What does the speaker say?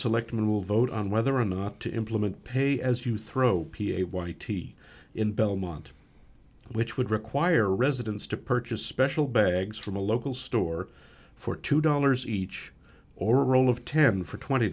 selectman will vote on whether or not to implement pay as you throw p a y t in belmont which would require residents to purchase special bags from a local store for two dollars each or a roll of ten for twenty